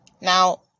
Now